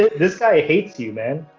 this guy hates you, man!